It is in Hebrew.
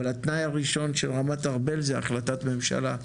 התנאי הראשון של רמת ארבל זה החלטת ממשלה,